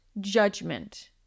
judgment